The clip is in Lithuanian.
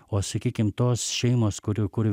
o sakykim tos šeimos kurių kur